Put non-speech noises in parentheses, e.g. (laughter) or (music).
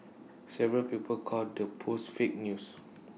several people called the post fake news (noise)